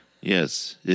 Yes